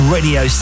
Radio